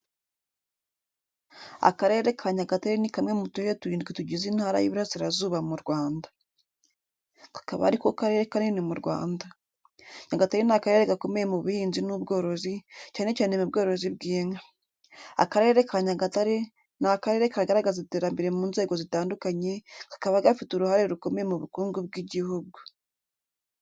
Akarere ka Nyagatare ni kamwe mu turere turindwi tugize Intara y’Iburasirazuba mu Rwanda. Kakaba ari ko karere kanini mu Rwanda. Nyagatare ni akarere gakomeye mu buhinzi n’ubworozi, cyane cyane mu bworozi bw’inka. Akarere ka Nyagatare ni akarere kagaragaza iterambere mu nzego zitandukanye, kakaba gafite uruhare rukomeye mu bukungu bw’igihugu.